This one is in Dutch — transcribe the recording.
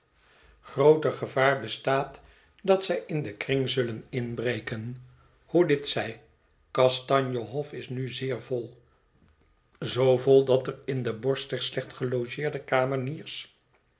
ter govaar bestaat dat zij in den kring zullen inbreken hoe dit zij kastanje hof is nu zeer vol zoo vol dat er in de borst der slecht gelogeerde